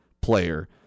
player